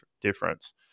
difference